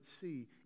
see